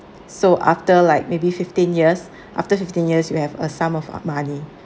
so after like maybe fifteen years after fifteen years you have a sum of money